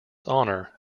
honor